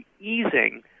easing